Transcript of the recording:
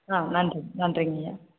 ஆ நன்றிங்க நன்றிங்கய்யா